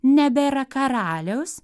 nebėra karaliaus